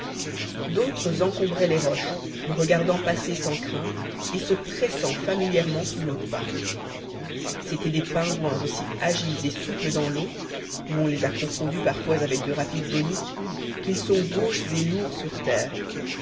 d'autres encombraient les roches nous regardant passer sans crainte et se pressant familièrement sous nos pas c'étaient des pingouins aussi agiles et souples dans l'eau où on les a confondus parfois avec de rapides bonites qu'ils sont gauches et lourds sur terre